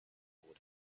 would